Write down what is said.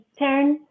Taryn